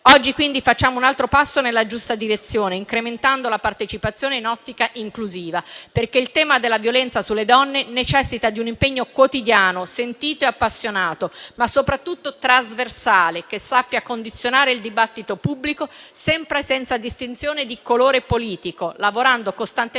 Oggi, quindi facciamo un altro passo nella giusta direzione, incrementando la partecipazione in ottica inclusiva, perché il tema della violenza sulle donne necessita di un impegno quotidiano, sentito e appassionato, ma soprattutto trasversale, che sappia condizionare il dibattito pubblico, sempre senza distinzione di colore politico, lavorando costantemente